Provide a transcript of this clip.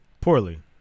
Poorly